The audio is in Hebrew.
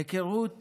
היכרות